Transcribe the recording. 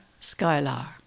Skylar